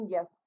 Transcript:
Yes